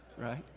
right